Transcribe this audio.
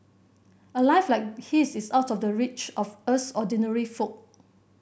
a life like his is out of the reach of us ordinary folk